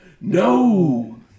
no